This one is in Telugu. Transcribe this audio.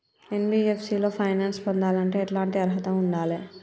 ఎన్.బి.ఎఫ్.సి లో ఫైనాన్స్ పొందాలంటే ఎట్లాంటి అర్హత ఉండాలే?